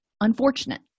unfortunate